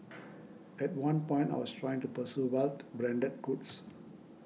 at one point I was trying to pursue wealth branded goods